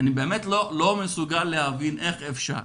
אני באמת לא מסוגל להבין איך אפשר.